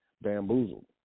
bamboozled